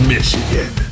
Michigan